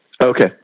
Okay